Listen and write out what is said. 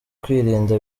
kwirinda